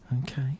Okay